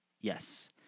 Yes